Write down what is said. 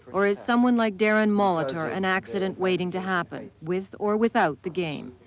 or is someone like darren molitor an accident waiting to happen, with or without the game?